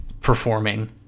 performing